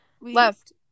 left